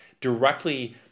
Directly